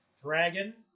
Dragon